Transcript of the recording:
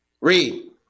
Read